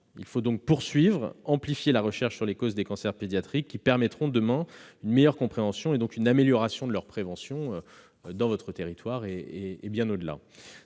Il faut donc poursuivre et amplifier la recherche sur les causes des cancers pédiatriques, afin de permettre, demain, une meilleure compréhension et donc une amélioration de leur prévention dans votre territoire et bien au-delà.